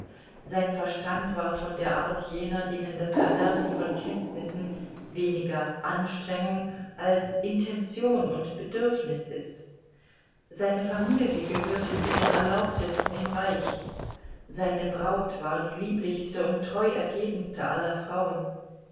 sein verstand war von der art jener denen das erwerben von kenntnissen weniger anstrengung als intention und bedürfnis ist seine familie gehörte zu den erlauchtesten im reich seine braut war die lieblichste und treu ergebenste aller frauen